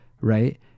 right